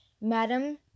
Madam